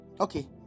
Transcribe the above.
Okay